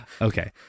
Okay